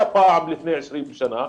היה פעם, לפני 20 שנה.